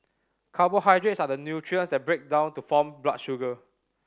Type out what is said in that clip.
carbohydrates are the nutrients that break down to form blood sugar